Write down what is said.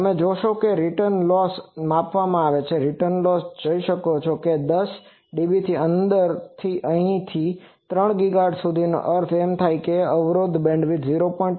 અને તમે જોશો કે રીટર્ન લોસ સાથે માપવામાં આવે છે રીટર્ન લોસ તમે જોઈ શકો છો કે 10 ડીબીની અંદરથી અહીંથી અહીં 3 ગીગાહર્ટ્ઝ સુધીનો અર્થ એમ કે અવરોધ બેન્ડવિડ્થ 0